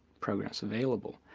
progress available.